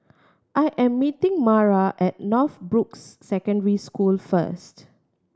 I am meeting Mara at Northbrooks Secondary School first